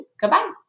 Goodbye